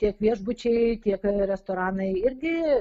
tiek viešbučiai tiek restoranai irgi